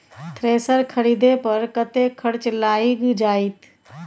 Thresher खरीदे पर कतेक खर्च लाईग जाईत?